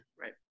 Right